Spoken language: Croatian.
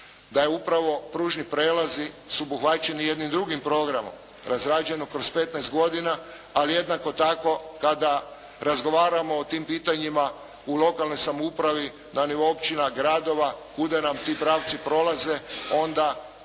da je upravo pružni prijelazi su obuhvaćeni jednim drugim programom, razrađeno kroz 15 godina. Ali jednako tako kada razgovaramo o tim pitanjima u lokalnoj samoupravi na nivou općina, gradova kuda nam ti pravci prolaze, onda